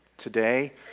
today